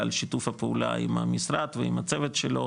על שיתוף הפעולה עם המשרד ועם הצוות שלו,